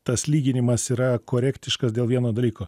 tas lyginimas yra korektiškas dėl vieno dalyko